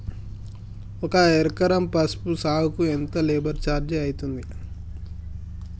ఒక ఎకరం పసుపు సాగుకు ఎంత లేబర్ ఛార్జ్ అయితది?